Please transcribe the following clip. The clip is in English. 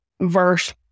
verse